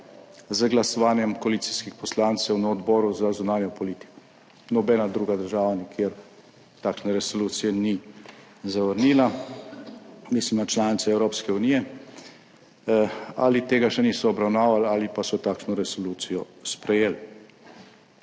z glasovanjem koalicijskih poslancev na Odboru za zunanjo politiko. Nobena druga država nikjer takšne resolucije ni zavrnila. Mislim na članice Evropske unije, ali tega še niso obravnavali ali pa so takšno resolucijo sprejeli.